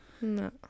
No